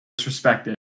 disrespected